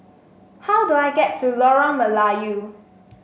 how do I get to Lorong Melayu